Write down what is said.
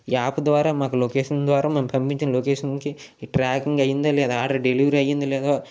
app ద్వార మాకు location ద్వారా మేము పంపించిన లొకేషన్ కి ట్రాకింగ్ అయిందా లేదా ఆర్డర్ డెలివరీ అయిందా లేదా